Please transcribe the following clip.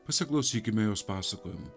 pasiklausykime jos pasakojimų